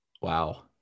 Wow